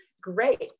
great